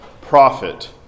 profit